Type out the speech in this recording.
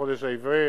בחודש העברי,